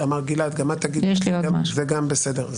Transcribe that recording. אמר גלעד וגם את תגידי וגם זה בסדר.